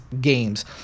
games